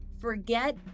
forget